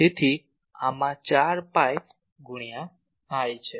તેથી આમાં 4 pi ગુણ્યા આ છે